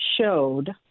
showed